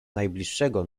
najbliższego